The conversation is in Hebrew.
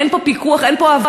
אין פה פיקוח, אין פה הבנה.